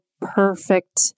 perfect